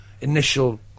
initial